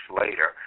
later